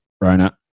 Rona